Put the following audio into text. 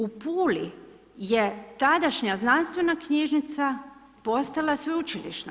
U Puli je tadašnja znanstvena knjižnica postala sveučilišna.